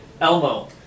Elmo